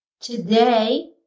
today